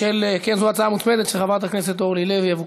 איזה קונסנזוס יש כאן היום: 39